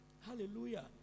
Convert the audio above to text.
Hallelujah